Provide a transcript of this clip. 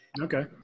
Okay